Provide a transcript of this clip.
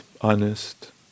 honest